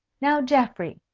now, geoffrey,